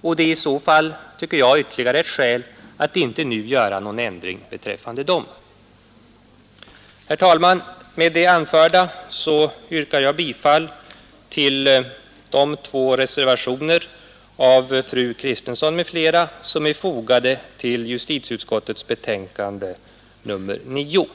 och det är ytterligare ett skäl att nu inte göra någon ändring beträffande dem. Herr talman! Med det anförda yrkar jag bifall till de två reservationer av fru Kristensson m.fl., som är fogade till justitieutskottets betänkande nr 9.